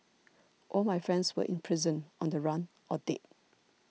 all my friends were in prison on the run or dead